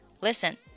Listen